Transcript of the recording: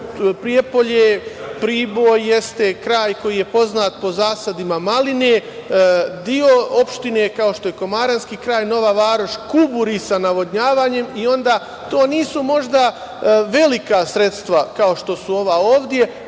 Prijepolje, Priboj jeste kraj koji je poznat po zasadima maline. Deo opštine, kao što je komaranski kraj Nova Varoš, kuburi sa navodnjavanjem. To nisu možda velika sredstva, kao što su ova ovde,